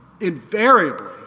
invariably